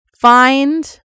Find